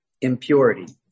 impurity